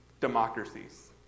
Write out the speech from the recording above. democracies